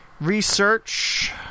research